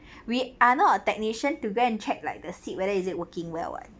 we are not a technician to go and check like the sit whether is it working well [what]